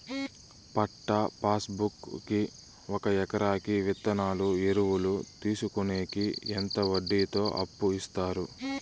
పట్టా passbook కి ఒక ఎకరాకి విత్తనాలు, ఎరువులు తీసుకొనేకి ఎంత వడ్డీతో అప్పు ఇస్తారు?